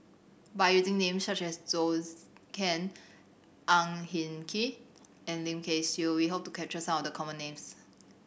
by using names such as Zhou Can Ang Hin Kee and Lim Kay Siu we hope to capture some of the common names